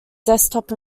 desktop